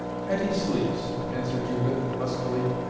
hetty sleeps answered judith, huskily.